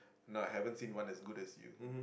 no I haven't seen one as good as you